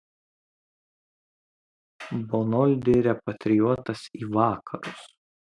bonoldi repatrijuotas į vakarus